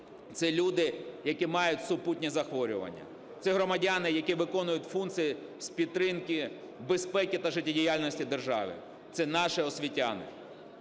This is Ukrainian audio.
Це люди, які мають супутні захворювання. Це громадяни, які виконують функції з підтримки безпеки та життєдіяльності держави. Це наші освітяни.